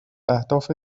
اهداف